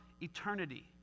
eternity